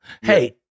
hey